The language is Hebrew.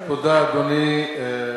תודה, אדוני.